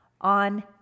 on